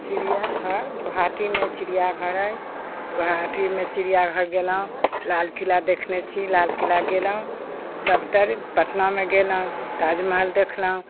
चिड़िआघर गुवाहाटीमे चिड़िआघर अइ गुवाहाटीमे चिड़िआघर गेलहुँ लालकिला देखने छी लालकिला गेलहुँ सबतरि पटनामे गेलहुँ ताजमहल देखलहुँ